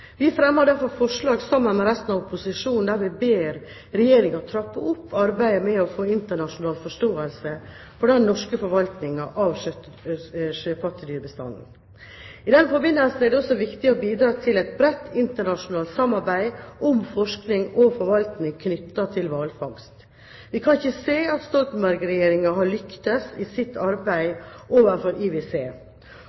Vi fremmer derfor forslag sammen med Fremskrittspartiet og Høyre der vi ber Regjeringen «trappe opp arbeidet med å få internasjonal forståelse for den norske forvaltningen av sjøpattedyrbestanden». I den forbindelse er det også viktig å bidra til et bredt internasjonalt samarbeid om forskning og forvaltning knyttet til hvalfangst. Vi kan ikke se at Stoltenberg-regjeringen har lyktes i sitt arbeid